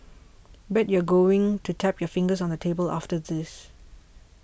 bet you're going to tap your fingers on the table after this